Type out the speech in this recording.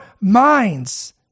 minds